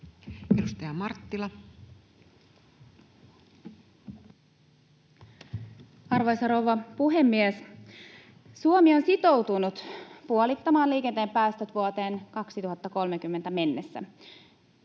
21:44 Content: Arvoisa rouva puhemies! Suomi on sitoutunut puolittamaan liikenteen päästöt vuoteen 2030 mennessä.